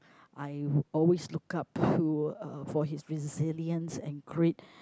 I always look up to uh for his resilience and grit